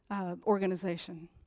organization